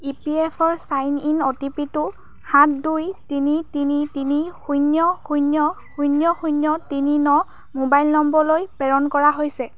ইপিএফঅ'ৰ sign in অ'টিপিটো সাত দুই তিনি তিনি তিনি শূন্য শূন্য শূন্য শূন্য তিনি ন মোবাইল নম্বৰলৈ প্ৰেৰণ কৰা হৈছে